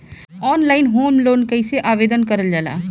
Online home loan कैसे आवेदन करल जा ला?